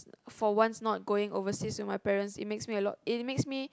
for once not going overseas with my parents it makes me a lot it makes me